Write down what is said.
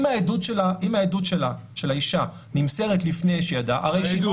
אם העדות של האישה נמסרת לפני שהיא ידעה --- העדות,